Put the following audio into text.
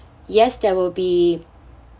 yes there will be